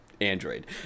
Android